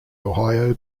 ohio